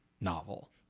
novel